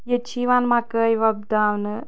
ییٚتہِ چھِ یِوان مَکٲے وۅپداونہٕ